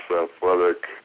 athletic